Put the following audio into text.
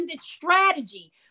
strategy